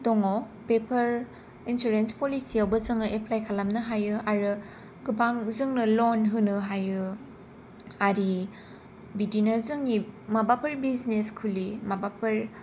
दंङ बेफोर इन्सुरेन्स पलिसिआवबो जोंङो एप्लाय खालामनो हायो आरो गोबां जोंनो लन होनो हायो आरि बिदिनो जोंनि माबाफोर बिजनेस खुलि माबाफोर